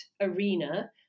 arena